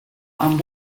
amb